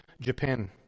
Japan